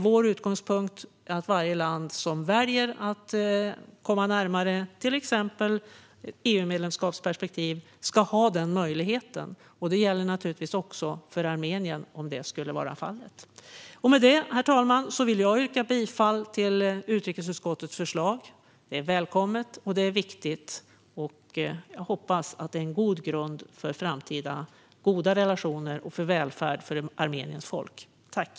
Vår utgångspunkt är att varje land som väljer att komma närmare, till exempel med EU-medlemskap i perspektiv, ska ha den möjligheten. Det gäller naturligtvis också Armenien, om så skulle vara fallet. Med detta, herr talman, vill jag yrka bifall till utrikesutskottets förslag. Detta är välkommet och viktigt, och jag hoppas att det är en god grund för framtida goda relationer och välfärd för Armeniens folk.